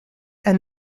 and